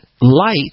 light